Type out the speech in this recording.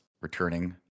returning